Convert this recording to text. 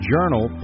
Journal